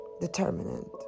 determinant